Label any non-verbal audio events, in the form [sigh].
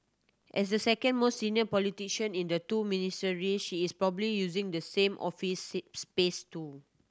as the second most senior politician in the two Ministries she is probably using the same office [unintelligible] space too